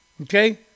okay